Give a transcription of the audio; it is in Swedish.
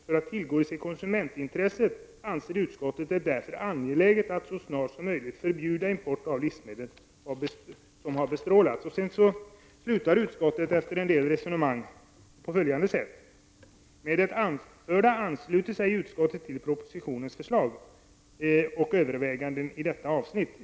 För att tillgodose konsumentintresset anser utskottet det därför angeläget att så snart som möjligt förbjuda import av livsmedel som har bestrålats.” Därefter följer en del resonemang, och sedan avslutar utskottet skrivningen på följande sätt: ”Med det anförda ansluter sig utskottet till propositionens förslag och överväganden i detta avsnitt.